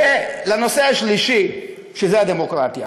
ולנושא השלישי, שזה הדמוקרטיה.